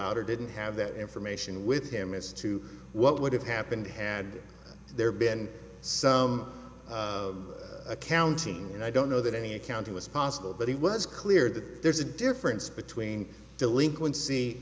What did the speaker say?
out or didn't have that information with him as to what would have happened had there been some accounting and i don't know that any accounting was possible but it was clear that there's a difference between delinquen